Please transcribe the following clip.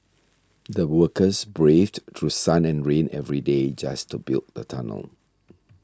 the workers braved through sun and rain every day just to build the tunnel